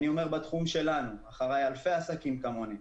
בתחום שלנו, אחרי אלפי עסקים כמוני,